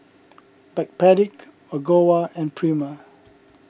Backpedic Ogawa and Prima